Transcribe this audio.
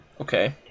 Okay